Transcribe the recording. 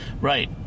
Right